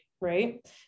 right